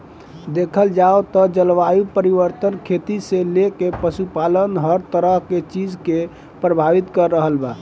देखल जाव त जलवायु परिवर्तन खेती से लेके पशुपालन हर तरह के चीज के प्रभावित कर रहल बा